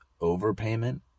overpayment